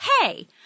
Hey